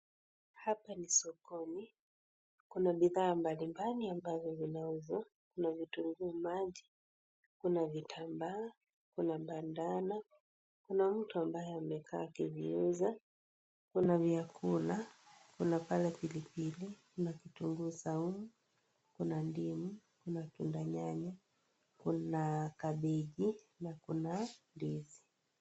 Hapa ni sokoni. Kuna bidhaa mbali mbali ambazo zinauzwa. Kuna vitunguu maji, kuna vitambaa, kuna bandana, kuna mtu ambaye amekaa akiziuza. Kuna vyakula, kuna pale pili pili, kuna vitunguu saumu, kuna ndimu, kuna tunda nyanya, kuna kabeji na kuna ndizi.